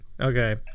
Okay